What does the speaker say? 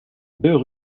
deux